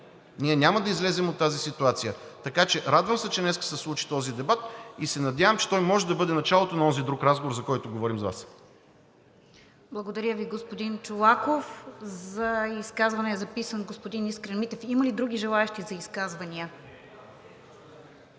ние няма да излезем от тази ситуация. Така че радвам се, че днес се случи този дебат, и се надявам, че той може да бъде началото на онзи друг разговор, за който говорим с Вас. ПРЕДСЕДАТЕЛ РОСИЦА КИРОВА: Благодаря Ви, господин Чолаков. За изказване е записан господин Искрен Митев. Има ли други желаещи за изказвания?